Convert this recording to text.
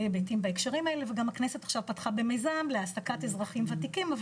היבטים בהקשרים האלה גם הכנסת עכשיו פתחה במיזם להעסקת אזרחים וותיקים,